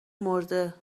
مرده